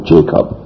Jacob